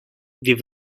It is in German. wir